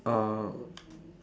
uh